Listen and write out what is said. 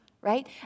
right